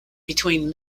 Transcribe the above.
between